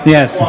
Yes